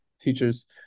teachers